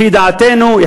לפי דעתנו,